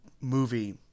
movie